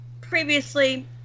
previously